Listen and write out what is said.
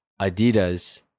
Adidas